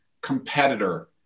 competitor